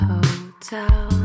Hotel